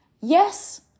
Yes